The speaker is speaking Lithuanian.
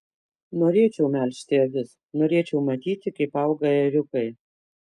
norėčiau melžti avis norėčiau matyti kaip auga ėriukai